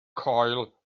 coil